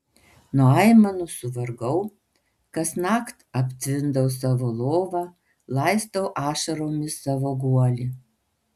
nuo aimanų suvargau kasnakt aptvindau savo lovą laistau ašaromis savo guolį